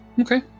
Okay